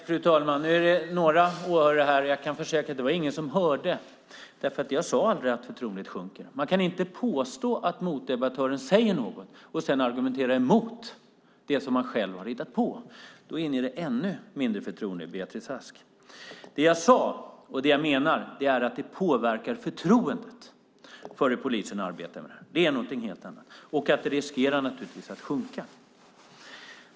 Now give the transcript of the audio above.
Fru talman! Nu finns det några åhörare här, och jag kan försäkra att ingen hörde mig säga att förtroendet sjunker, för jag sade aldrig det. Man kan inte påstå att motdebattören säger något och sedan argumentera emot det som man själv har hittat på. Då inger det ännu mindre förtroende, Beatrice Ask. Det jag sade och det jag menar är att det påverkar förtroendet för hur polisen arbetar med det här, vilket är något helt annat, och att det naturligtvis riskerar att sjunka.